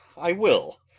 i will